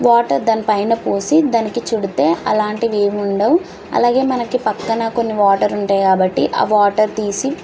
water దానిపైన పోసి దానికి చుడితే అలాంటివి ఏముండవ్ అలాగే మనకి పక్కన కొన్ని వాటర్ ఉంటాయి కాబట్టి ఆ వాటర్ తీసి